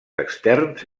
externs